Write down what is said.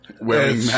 Wearing